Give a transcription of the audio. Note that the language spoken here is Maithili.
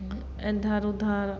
इधर उधर